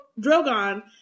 Drogon